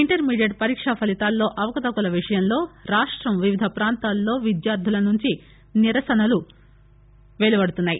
intermediate పరీక్ష ఫలితాల్లో అవకతవకల విషయంలో రాష్టం వివిధ ప్రాంతాల్లో విద్యార్దుల నుంచి నిరసనలు పెలువడుతున్నాయి